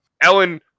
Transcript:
Ellen